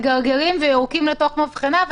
מגרגרים ויורקים לתוך מבחנה,